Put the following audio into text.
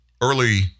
Early